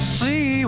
see